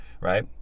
right